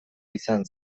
izan